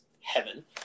heaven